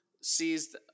sees